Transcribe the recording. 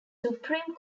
supreme